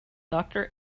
doctor